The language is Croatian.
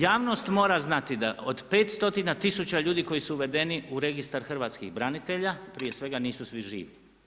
Javnost mora znati da od 5 stotina tisuća ljudi koji su uvedeni u Registar hrvatskih branitelja prije svega nisu svi živi.